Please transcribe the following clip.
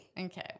Okay